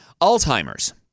Alzheimer's